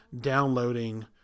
downloading